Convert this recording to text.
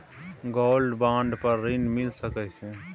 Gold bond पर ऋण मिल सके छै?